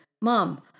Mom